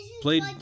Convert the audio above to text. Played